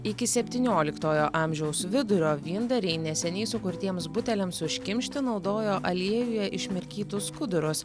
iki septynioliktojo amžiaus vidurio vyndariai neseniai sukurtiems buteliams užkimšti naudojo aliejuje išmirkytus skudurus